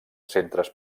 centres